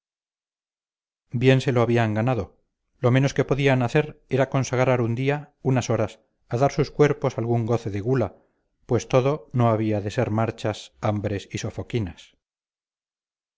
bien se lo habían ganado lo menos que podían hacer era consagrar un día unas horas a dar a sus cuerpos algún goce de gula pues todo no había de ser marchas hambres y